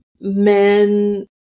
men